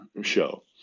show